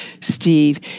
Steve